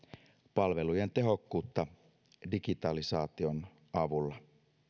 palvelujen tehokkuutta digitalisaation avulla